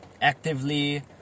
actively